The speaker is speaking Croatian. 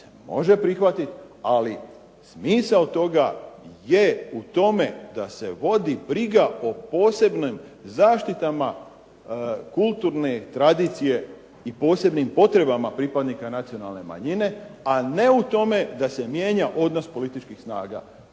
može prihvatiti, ali smisao toga je u tome da se vodi briga o posebnim zaštitama kulturne tradicije i posebnim potrebama pripadnika nacionalne manjine, a ne u tome da se mijenja odnos političkih snaga